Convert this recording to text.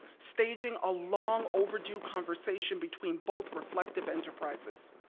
staging a long overdue conversation between both reflective enterprises.